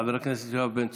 חבר הכנסת יואב בן צור.